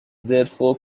therefore